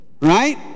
Right